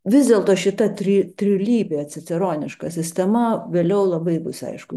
vis dėlto šitątri trilypė ciceroniška sistema vėliau labai bus aišku